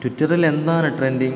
ട്വിറ്ററിൽ എന്താണ് ട്രെൻഡിങ്ങ്